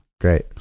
Great